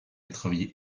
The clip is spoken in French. travaillé